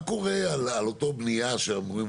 מה קורה על אותה בנייה שאמורים,